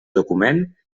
document